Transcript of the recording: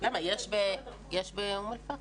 יש באום אל פאחם.